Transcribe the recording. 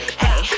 hey